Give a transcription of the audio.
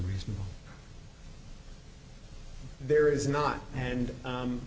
reason there is not and